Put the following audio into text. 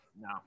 No